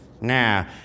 Now